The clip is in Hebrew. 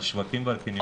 על שווקים ועל קניונים?